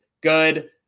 Good